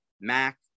Mac